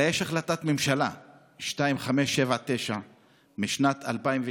אלא יש החלטת ממשלה 2579 משנת 2007,